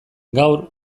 gaur